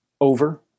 over